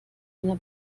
einer